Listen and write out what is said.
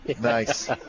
Nice